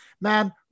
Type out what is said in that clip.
man